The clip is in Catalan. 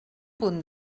punt